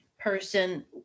person